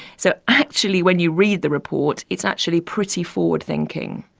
so actually when you read the report it's actually pretty forward thinking.